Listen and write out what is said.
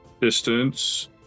distance